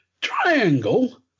Triangle